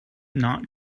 not